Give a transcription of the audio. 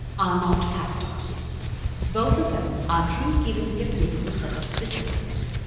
are not paradoxes both of them are true given the applicable set of specifics.